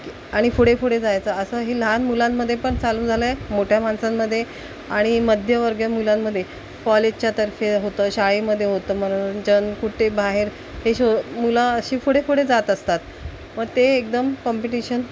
आणि पुढे पुढे जायचं असंही लहान मुलांमध्ये पण चालू झालं आहे मोठ्या माणसांमध्ये आणि मध्यमवर्गीय मुलांमध्ये कॉलेजच्या तर्फे होतं शाळेमध्ये होतं मनोरंजन कुठे बाहेर हे शो मुलं अशी पुढे पुढे जात असतात मग ते एकदम कॉम्पिटिशन